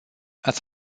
ați